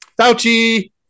Fauci